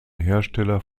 hersteller